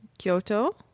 kyoto